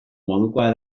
modukoa